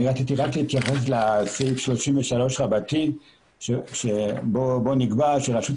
רציתי להתייחס לסעיף 33א בו נקבע שרשות